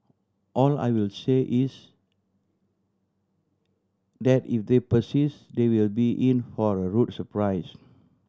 all I will say is that if they persist they will be in for a rude surprise